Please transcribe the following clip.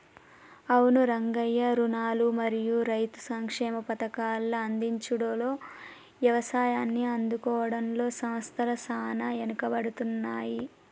అవును రంగయ్య రుణాలు మరియు రైతు సంక్షేమ పథకాల అందించుడులో యవసాయాన్ని ఆదుకోవడంలో సంస్థల సాన ఎనుకబడుతున్నాయి